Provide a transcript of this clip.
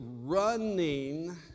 running